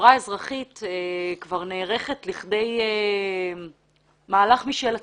החברה האזרחית כבר נערכת למהלך משל עצמה.